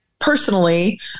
personally